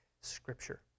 Scripture